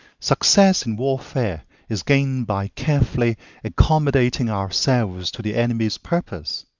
success in warfare is gained by carefully accommodating ourselves to the enemy's purpose.